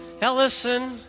Ellison